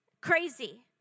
Crazy